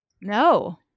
No